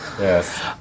Yes